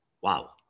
wow